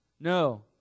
No